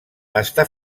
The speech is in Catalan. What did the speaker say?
està